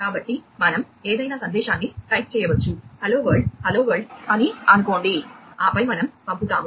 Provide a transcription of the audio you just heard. కాబట్టి మనం ఏదైనా సందేశాన్ని టైప్ చేయవచ్చు హలో వరల్డ్ హలో వరల్డ్ అని అనుకోండి ఆపై మనం పంపుతాము